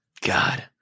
God